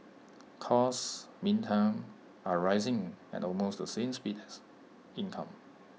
costs meantime are rising at almost the same speed as income